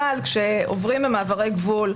אבל כשעוברים במעברי גבול,